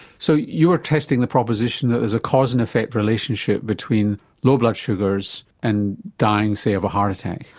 so you were testing the proposition that there's a cause and effect relationship between low blood sugars and dying say of a heart attack?